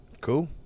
cool